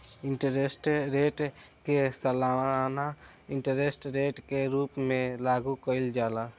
interest rate के सालाना interest rate के रूप में लागू कईल जाला